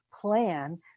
plan